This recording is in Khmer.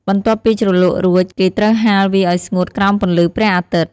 បន្ទាប់ពីជ្រលក់រួច គេត្រូវហាលវាឱ្យស្ងួតក្រោមពន្លឺព្រះអាទិត្យ។